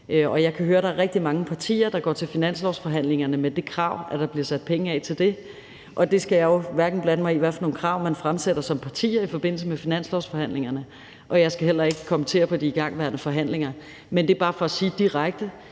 jeg kan høre, at der er rigtig mange partier, der går til finanslovsforhandlingerne med det krav, at der bliver sat penge af til det, og jeg skal jo hverken blande mig i, hvad for nogle krav man fremsætter som partier i forbindelse med finanslovsforhandlingerne, eller kommentere på de igangværende forhandlinger. Men det er bare for at sige direkte,